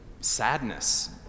sadness